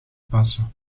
passen